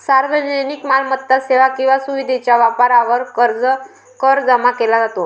सार्वजनिक मालमत्ता, सेवा किंवा सुविधेच्या वापरावर कर जमा केला जातो